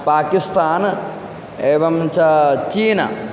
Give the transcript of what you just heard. पाकिस्तान् एवं च चीना